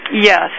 Yes